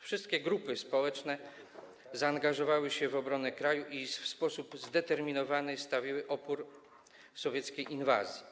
Wszystkie grupy społeczne zaangażowały się w obronę kraju i w sposób zdeterminowany stawiły opór sowieckiej inwazji.